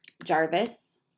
Jarvis